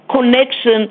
connection